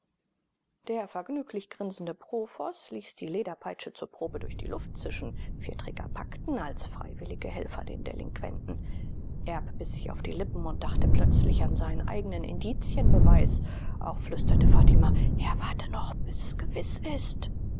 der vergnüglich grinsende profoß ließ die lederpeitsche zur probe durch die luft zischen vier träger packten als freiwillige helfer den delinquenten erb biß sich auf die lippen und dachte plötzlich an seinen eignen indizienbeweis auch flüsterte fatima herr warte noch bis es gewiß ist